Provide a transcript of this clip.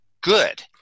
good